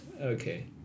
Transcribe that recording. okay